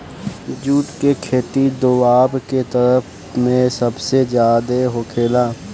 जुट के खेती दोवाब के तरफ में सबसे ज्यादे होखेला